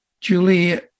Julie